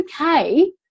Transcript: okay